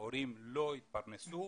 שההורים לא התפרנסו,